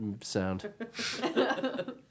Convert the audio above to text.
sound